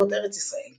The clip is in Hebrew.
זכרונות ארץ ישראל,